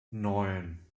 neun